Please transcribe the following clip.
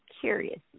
curious